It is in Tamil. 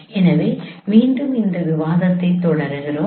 எனவே மீண்டும் இந்த விவாதத்தைத் தொடர்கிறோம்